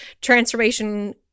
transformation